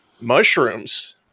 mushrooms